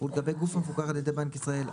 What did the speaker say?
ולגבי גוף המפוקח על ידי בנק ישראל,